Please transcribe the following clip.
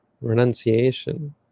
renunciation